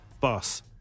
boss